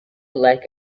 like